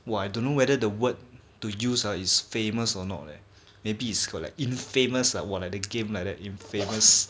!wah! I don't know whether the word to use uh is famous or not leh maybe is got like infamous !wah! got like game like that infamous